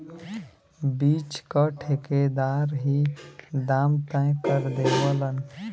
बीच क ठेकेदार ही दाम तय कर देवलन